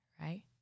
right